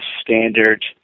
standard